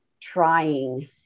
trying